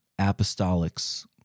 apostolics